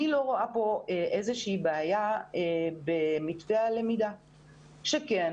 אני לא רואה פה איזושהי בעיה במתווה הלמידה שכן